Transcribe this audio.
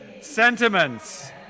sentiments